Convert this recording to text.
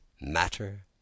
matter